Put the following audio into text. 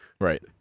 Right